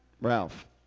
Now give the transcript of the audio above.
Ralph